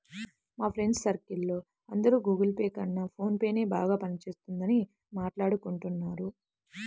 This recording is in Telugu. మా ఫ్రెండ్స్ సర్కిల్ లో అందరూ గుగుల్ పే కన్నా ఫోన్ పేనే బాగా పని చేస్తున్నదని మాట్టాడుకుంటున్నారు